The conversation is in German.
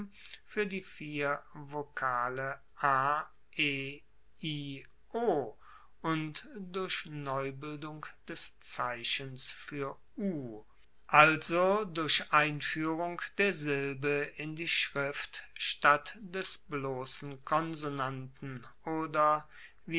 fuer die vier vokale a e i o und durch neubildung des zeichens fuer u also durch einfuehrung der silbe in die schrift statt des blossen konsonanten oder